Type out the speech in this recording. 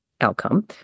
outcome